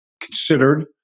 considered